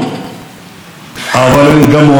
כי הם יודעים שאין כמו בבית.